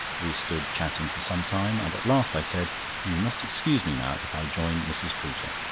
we stood chatting for some time, and at last i said you must excuse me now if i join mrs. pooter.